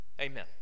Amen